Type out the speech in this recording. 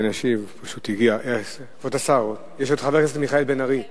כבוד השר, חבר הכנסת מיכאל בן-ארי הגיע.